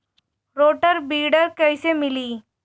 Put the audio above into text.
Rotor weeder कईसे मिले?